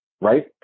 right